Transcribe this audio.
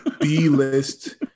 B-list